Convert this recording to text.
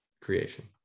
creation